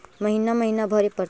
महिना महिना भरे परतैय?